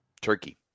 Turkey